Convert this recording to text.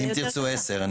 ל"אם תרצו" עשר דקות.